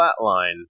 flatline